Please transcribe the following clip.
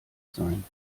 sein